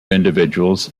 individuals